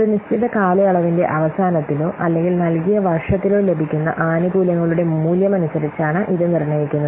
ഒരു നിശ്ചിത കാലയളവിന്റെ അവസാനത്തിലോ അല്ലെങ്കിൽ നൽകിയ വർഷത്തിലോ ലഭിക്കുന്ന ആനുകൂല്യങ്ങളുടെ മൂല്യം അനുസരിച്ചാണ് ഇത് നിർണ്ണയിക്കുന്നത്